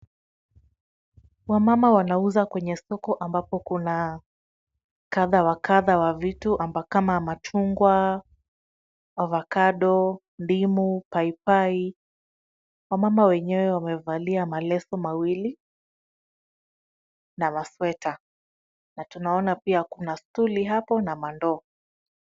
Wamama wanauza kwenye soko ambapo kuna kadha wa kadha wa vitu kama machungwa, avocado , ndimu, paipai. Wamama wenyewe wamevalia maleso mawili na masweta, na tunaona pia kuna stuli hapo na mandoo.